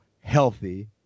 healthy